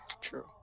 true